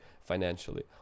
financially